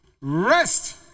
Rest